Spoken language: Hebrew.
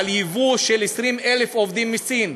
על ייבוא של 20,000 עובדים מסין.